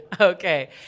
Okay